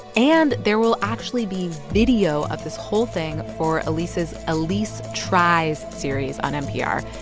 and there will actually be video of this whole thing for elise's elise tries series on npr.